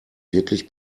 wirklich